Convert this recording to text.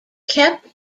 kept